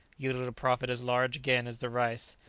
yielded a profit as large again as the rice.